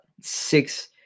six